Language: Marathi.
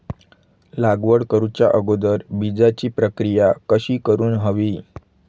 लागवड करूच्या अगोदर बिजाची प्रकिया कशी करून हवी?